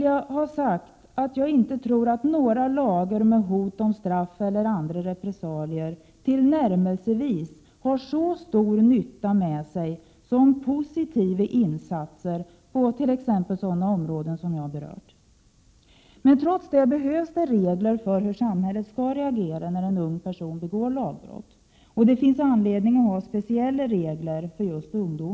Jag tror inte att några lagar med hot om straff eller andra repressalier tillnärmelsevis har så stor nytta med sig som positiva insatser på t.ex. sådana områden som jag berört. Trots det behövs regler för hur samhället skall reagera när en ung person begår lagbrott. Det finns anledning att ha speciella regler för unga.